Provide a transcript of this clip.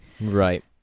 Right